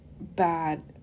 bad